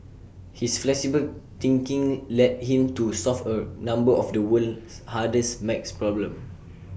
his flexible thinking led him to solve A number of the world's hardest math problems